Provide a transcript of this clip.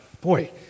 boy